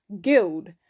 guild